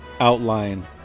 outline